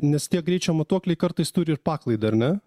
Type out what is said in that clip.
nes tie greičio matuokliai kartais turi ir paklaida ar ne